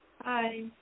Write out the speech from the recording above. Hi